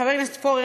חבר הכנסת פורר,